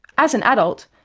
as an adult,